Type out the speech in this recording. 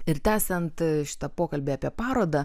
ir tęsiant šitą pokalbį apie parodą